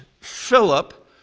philip